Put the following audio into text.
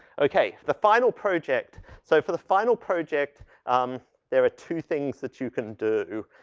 okay. the final project. so for the final project um there are two things that you can do.